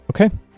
Okay